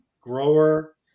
grower